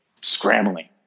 scrambling